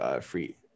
free